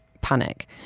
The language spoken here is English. panic